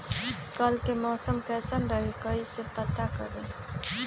कल के मौसम कैसन रही कई से पता करी?